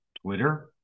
Twitter